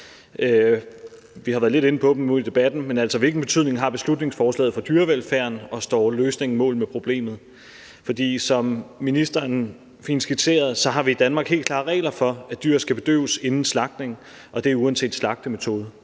Vi har været lidt inde på dem nu i debatten, men hvilken betydning har beslutningsforslaget for dyrevelfærden, og står løsningen mål med problemet? Som ministeren fint skitserede, har vi i Danmark helt klare regler for, at dyr skal bedøves inden slagtning, og det er uanset slagtemetode.